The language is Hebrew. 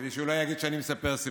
כדי שהוא לא יגיד שאני מספר סיפורים.